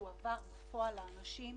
שהוא עבר בפועל לאנשים,